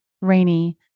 rainy